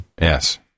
Yes